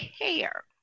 care